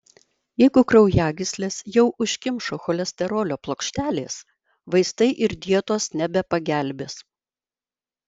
jeigu kraujagysles jau užkimšo cholesterolio plokštelės vaistai ir dietos nebepagelbės